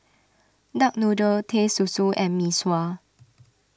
Duck Noodle Teh Susu and Mee Sua